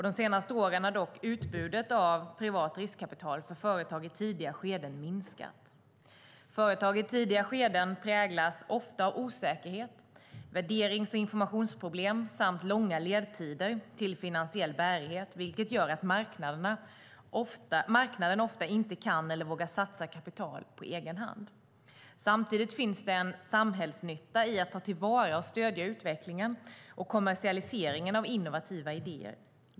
De senaste åren har dock utbudet av privat riskkapital för företag i tidiga skeden minskat. Företag i tidiga skeden präglas ofta av osäkerhet, värderings och informationsproblem samt långa ledtider till finansiell bärighet, vilket gör att marknaden ofta inte kan eller vågar satsa kapital på egen hand. Samtidigt finns det en samhällsnytta i att ta till vara och stödja utvecklingen och kommersialiseringen av innovativa idéer.